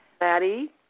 Maddie